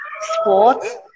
sports